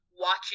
watching